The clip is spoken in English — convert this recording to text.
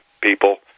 people